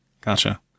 gotcha